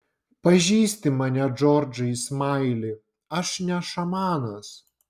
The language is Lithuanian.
pažįsti mane džordžai smaili aš ne šamanas